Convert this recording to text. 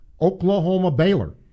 Oklahoma-Baylor